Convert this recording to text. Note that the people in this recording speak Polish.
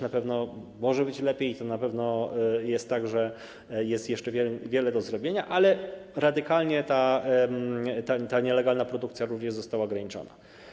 Na pewno może być lepiej i na pewno jest tak, że jest jeszcze wiele do zrobienia, ale radykalnie ta nielegalna produkcja również została ograniczona.